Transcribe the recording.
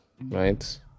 right